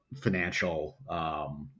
financial